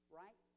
right